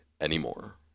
anymore